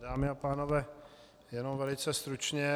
Dámy a pánové, jenom velice stručně.